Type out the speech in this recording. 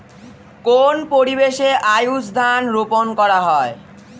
কোন পরিবেশে আউশ ধান রোপন করা হয়?